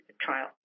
trial